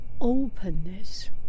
openness